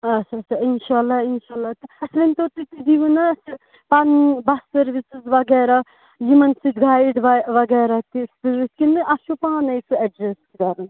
اچھا اچھا اِنشاء اللہ اِنشاء اللہ اَسہِ ؤنۍ تَو تُہۍ دِیِو نہ اَسہِ پَنُن بَس سٔروِسٕز وغیرہ یِمَن سۭتۍ گایِڈ وغیرہ تہِ سۭتۍ کِنہٕ اَسہِ چھِ پانے سُہ ایٚڈجَسٹ کَرُن